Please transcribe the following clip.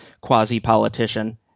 quasi-politician